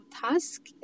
task